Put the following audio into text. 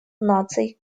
наций